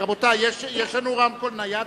רבותי, יש פה רמקול נייד?